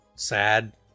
sad